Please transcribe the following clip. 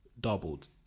Doubled